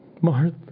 Martha